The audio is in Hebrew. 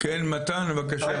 מתן בבקשה.